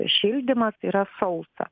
šildymas yra sausa